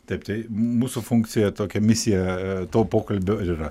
taip tai mūsų funkcija tokia misija to pokalbio ir yra